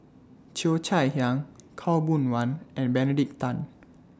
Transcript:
Cheo Chai Hiang Khaw Boon Wan and Benedict Tan